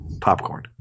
popcorn